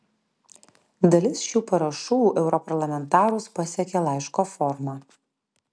dalis šių parašų europarlamentarus pasiekė laiško forma